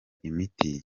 imiti